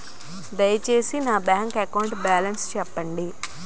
దయచేసి నా bank account balance చెప్పండి